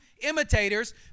imitators